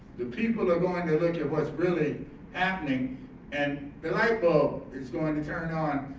the people are going to look at what's really happening and the light bulb is going to turn on.